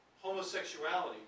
homosexuality